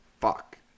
fuck